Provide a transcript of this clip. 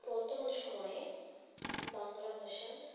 বর্তমান সময়ে বাংলা ভাষার